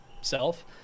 self